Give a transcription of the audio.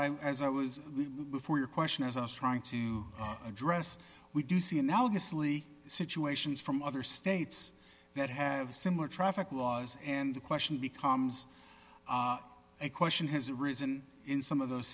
i as i was before your question as i was trying to address we do see a now this leak situations from other states that have similar traffic laws and the question becomes a question has arisen in some of those